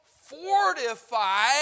fortify